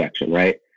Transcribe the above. right